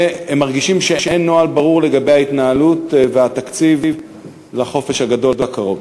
הם מרגישים שאין נוהל ברור לגבי ההתנהלות והתקציב לחופש הגדול הקרוב.